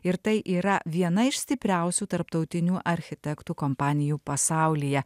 ir tai yra viena iš stipriausių tarptautinių architektų kompanijų pasaulyje